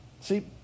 See